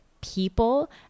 people